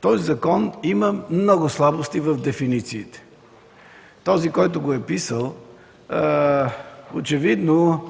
Този закон има много слабости в дефинициите. Този, който го е писал, очевидно